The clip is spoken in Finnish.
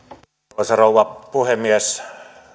arvoisa rouva puhemies